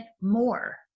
more